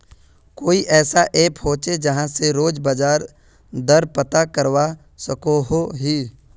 कोई ऐसा ऐप होचे जहा से रोज बाजार दर पता करवा सकोहो ही?